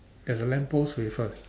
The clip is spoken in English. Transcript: there's a lamppost with a